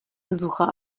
besucher